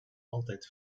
altijd